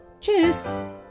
Tschüss